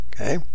okay